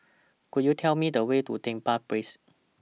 Could YOU Tell Me The Way to Dedap Place